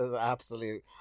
Absolute